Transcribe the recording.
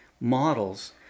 models